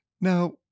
Now